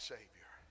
Savior